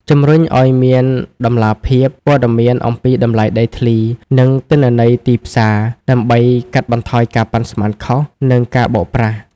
ជំរុញឲ្យមានតម្លាភាពព័ត៌មានអំពីតម្លៃដីធ្លី និងទិន្នន័យទីផ្សារ ដើម្បីកាត់បន្ថយការប៉ាន់ស្មានខុស និងការបោកប្រាស់។